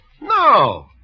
No